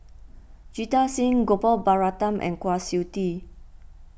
Jita Singh Gopal Baratham and Kwa Siew Tee